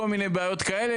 כל מיני בעיות כאלה.